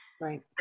right